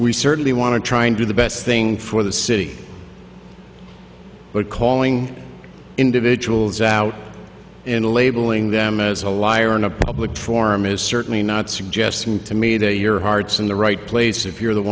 we certainly want to try and do the best thing for the city but calling individuals out in labeling them as a liar in a public forum is certainly not suggesting to me to your heart's in the right place if you're the